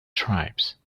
tribes